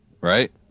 right